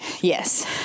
Yes